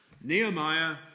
Nehemiah